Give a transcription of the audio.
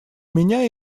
меня